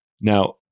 Now